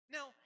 Now